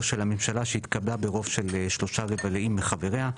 של הממשלה שהתקבלה ברוב של שלושה רבעים מחבריה,